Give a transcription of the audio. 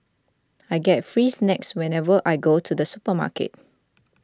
I get free snacks whenever I go to the supermarket